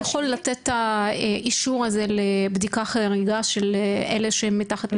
יכול לתת את האישור הזה לבדיקה חריגה של אלה שמתחת לגיל 30?